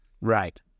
Right